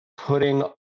putting